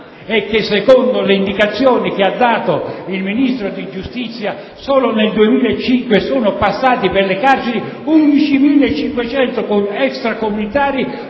Secondo le indicazioni fornite dal Ministro della giustizia, solo nel 2005 sono passati per le carceri 11.500 extracomunitari